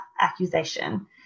accusation